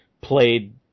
played